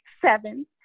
seven